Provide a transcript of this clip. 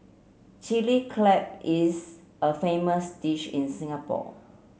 Chilli Crab is a famous dish in Singapore